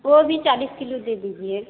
वो भी चालीस किलो दे दीजिए